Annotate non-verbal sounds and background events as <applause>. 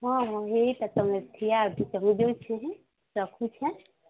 ହଁ ଏଇତ ତୁମେ ଠିଆ ହେଇଛ <unintelligible> ତୁମକୁ ଦେଖିଲି ରଖୁଛି